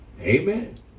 Amen